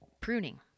pruning